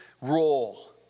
role